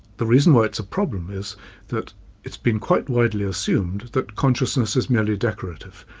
the reason why it's a problem is that it's been quite widely assumed that consciousness is merely decorative,